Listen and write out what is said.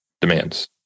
demands